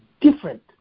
different